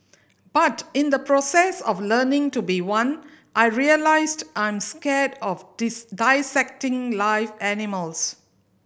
but in the process of learning to be one I realised I'm scared of dissecting live animals